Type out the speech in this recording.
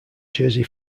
jersey